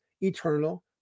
eternal